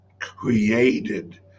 Created